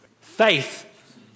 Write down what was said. Faith